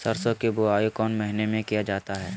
सरसो की बोआई कौन महीने में किया जाता है?